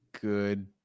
good